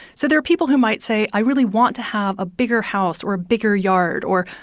so there are people who might say, i really want to have a bigger house or a bigger yard, or,